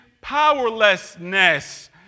powerlessness